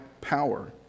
power